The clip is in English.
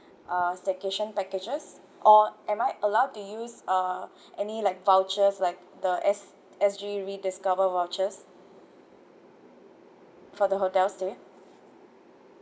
uh staycation packages or am I allowed to use uh any like vouchers like the S S_G rediscover vouchers for the hotel stay